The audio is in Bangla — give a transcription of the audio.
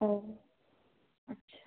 ও আচ্ছা